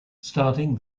starting